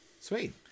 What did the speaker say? Sweet